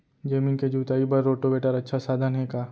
जमीन के जुताई बर रोटोवेटर अच्छा साधन हे का?